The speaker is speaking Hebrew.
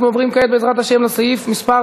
אנחנו עוברים כעת, בעזרת השם, לסעיף מס'